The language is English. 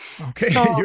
Okay